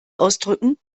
ausdrücken